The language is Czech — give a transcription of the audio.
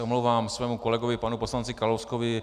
Omlouvám se svému kolegovi panu poslanci Kalouskovi.